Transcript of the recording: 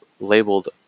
labeled